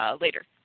later